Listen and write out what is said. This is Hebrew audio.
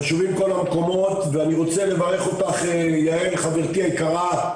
חשובים כל המקומות ואני רוצה לברך אותך יעל חברתי היקרה,